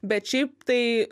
bet šiaip tai